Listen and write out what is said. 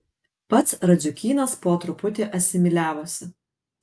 pats radziukynas po truputį asimiliavosi